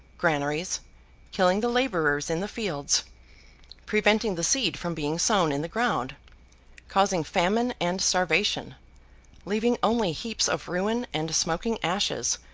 granaries killing the labourers in the fields preventing the seed from being sown in the ground causing famine and starvation leaving only heaps of ruin and smoking ashes,